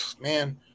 man